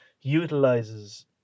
utilizes